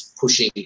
pushing